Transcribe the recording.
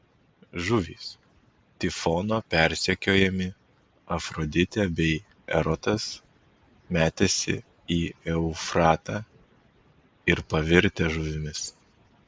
žuvys tifono persekiojami afroditė bei erotas metęsi į eufratą ir pavirtę žuvimis